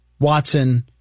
Watson